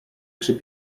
przy